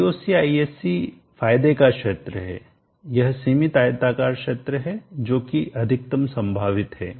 VocIsc फायदे का क्षेत्र है यह सीमित आयताकार क्षेत्र है जो कि अधिकतम संभावित है